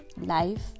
life